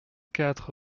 quatre